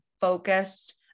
focused